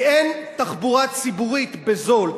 כי אין תחבורה ציבורית בזול,